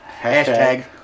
hashtag